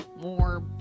more